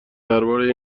درباره